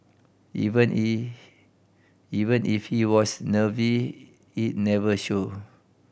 even even if he was nervy it never showed